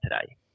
today